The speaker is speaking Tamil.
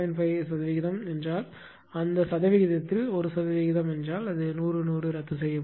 5 சதவிகிதம் என்றால் அந்த சதவிகிதத்தில் 1 சதவிகிதம் என்றால் 100 100 ரத்து செய்யப்படும்